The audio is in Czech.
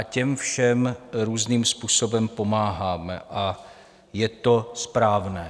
Těm všem různým způsobem pomáháme a je to správné.